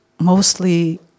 mostly